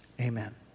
amen